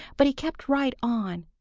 but he kept right on,